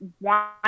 want